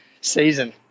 season